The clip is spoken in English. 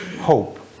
hope